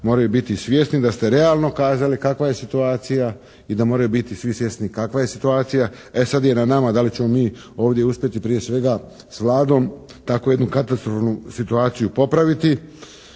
moraju biti svjesni da ste realno kazali kakva je situacija i da moraju biti svi svjesni kakva je situacija. E sada je i na nama da li ćemo mi ovdje uspjeti prije svega s Vladom takvu jednu katastrofalnu situaciju popraviti.